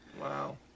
Wow